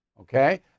Okay